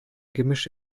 gemisch